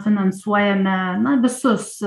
finansuojame na visus